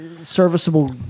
serviceable